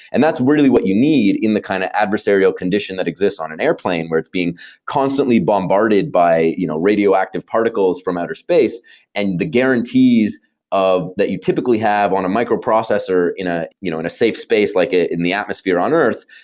and that's really what you need in the kind of adversarial condition that exists on an airplane where it's being constantly bombarded by you know radioactive particles from outer space and the guarantees that you typically have on a microprocessor in ah you know in a safe space, like ah in the atmosphere on earth.